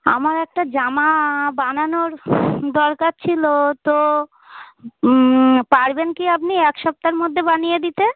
আমার একটা জামা বানানোর দরকার ছিলো তো পারবেন কি আপনি এক সপ্তার মধ্যে বানিয়ে দিতে